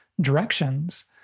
directions